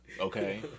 Okay